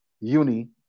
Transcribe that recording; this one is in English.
uni